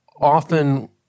often